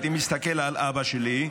הייתי מסתכל על אבא שלי,